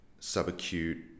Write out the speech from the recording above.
subacute